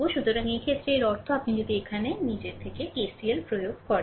সুতরাং এই ক্ষেত্রে এর অর্থ আপনি যদি এখানে নিজের KCL প্রয়োগ করেন